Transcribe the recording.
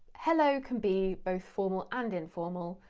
hello can be both formal and informal,